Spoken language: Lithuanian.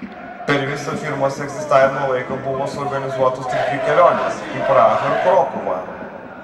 per visą firmos egzistavimo laiką buvo suorganizuotos tik dvi kelionės į prahą ir krokuvą